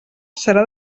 serà